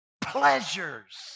pleasures